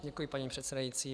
Děkuji, paní předsedající.